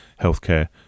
healthcare